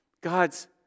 God's